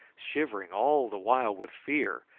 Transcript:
shivering all the while with fear,